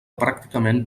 pràcticament